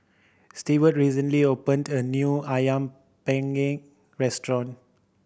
Steward recently opened a new Ayam Panggang restaurant